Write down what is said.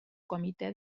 comitè